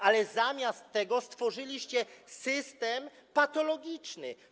Ale zamiast tego stworzyliście system patologiczny.